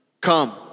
come